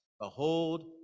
behold